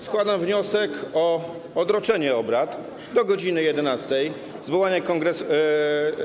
Składam wniosek o odroczenie obrad do godz. 11, zwołanie kongresu.